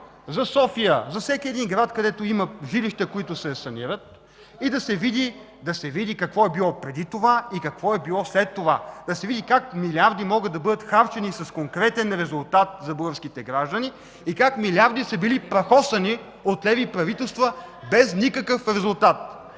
за София, за всеки един град, където има жилища, които се санират, да се види какво е било преди това и какво е било след това. Да се види как милиарди могат да бъдат харчени с конкретен резултат за българските граждани и как милиарди са били прахосани от леви правителства, без никакъв резултат.